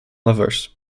lovers